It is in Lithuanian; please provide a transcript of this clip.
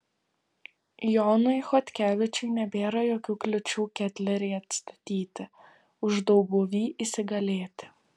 jonui chodkevičiui nebėra jokių kliūčių ketlerį atstatyti uždauguvy įsigalėti